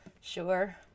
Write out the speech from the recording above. sure